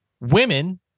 women